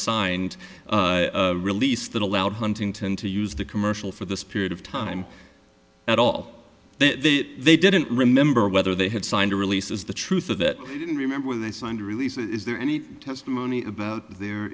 signed release that allowed huntington to use the commercial for this period of time at all they didn't remember whether they had signed a release is the truth of it i didn't remember when they signed a release is there any testimony about their